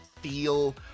feel